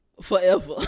forever